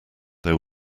there